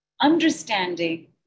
understanding